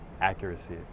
accuracy